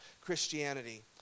Christianity